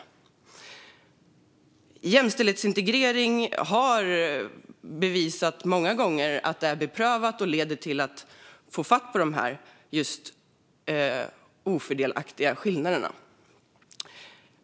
Att jämställdhetsintegrering leder till att få fatt på dessa ofördelaktiga skillnader har bevisats många gånger, och det är beprövat.